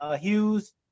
Hughes